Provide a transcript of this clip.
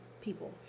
people